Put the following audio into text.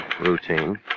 Routine